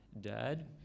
Dad